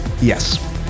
Yes